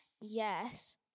yes